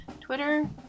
Twitter